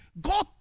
God